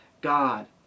God